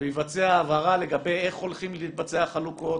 ויבצעו הבהרה לגבי איך הולכים להתבצע החלוקות,